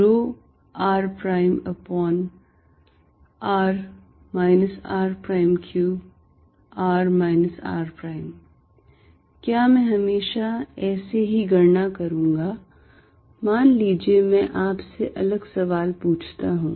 Er14π0dVrr r3r r क्या मैं हमेशा ऐसे ही गणना करूंगा मान लीजिए मैं आप से अलग सवाल पूछता हूं